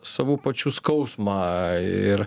savų pačių skausmą ir